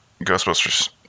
ghostbusters